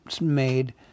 made